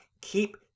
keep